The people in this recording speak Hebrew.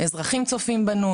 אזרחים צופים בנו.